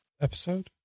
episode